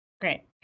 Great